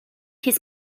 his